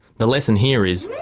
the lesson here is,